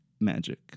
magic